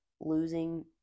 losing